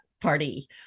party